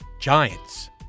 Giants